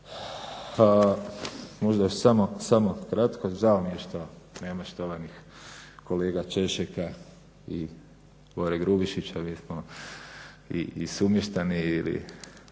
Možda samo, samo kratko. Žao mi je što nema štovanih kolega Češeka i kolege Grubišića mi smo i sumještani ili